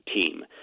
team